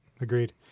Agreed